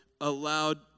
allowed